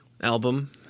album